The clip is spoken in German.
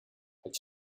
halt